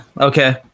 okay